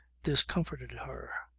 this comforted her.